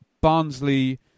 barnsley